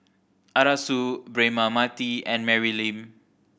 Arasu Braema Mathi and Mary Lim